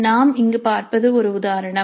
நாம் இங்கு பார்ப்பது ஒரு உதாரணம்